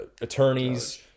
Attorneys